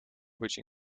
which